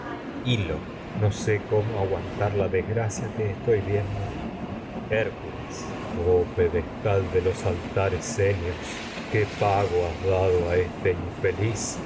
los ojos sé cómo hil lo no aguantar la desgracia qüe estoy viendo hércules oh pedestal de los altares ceneos qué pago has dado a este infeliz